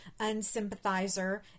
unsympathizer